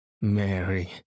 Mary